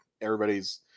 everybody's